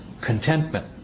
contentment